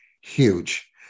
huge